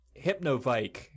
Hypnovike